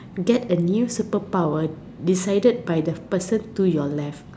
get a new super power decided by the person to your left